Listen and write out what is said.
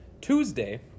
Tuesday